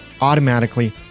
automatically